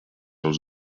els